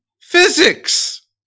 physics